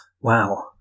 Wow